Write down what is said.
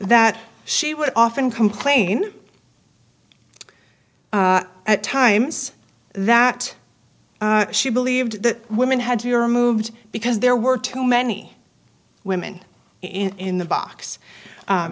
that she would often complain at times that she believed that women had to your moves because there were too many women in the box